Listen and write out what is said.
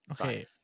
Okay